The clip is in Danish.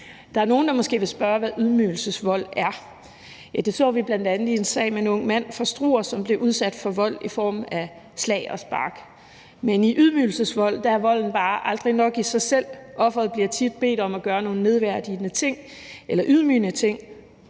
Der er nogle, der måske vil spørge, hvad ydmygelsesvold er. Vi så det bl.a. i en sag med en ung mand fra Struer, som blev udsat for vold i form af slag og spark. Men i forbindelse med ydmygelsesvold er volden bare aldrig nok i sig selv. Her bliver offeret tit bedt om at gøre nogle nedværdigende eller ydmygende ting,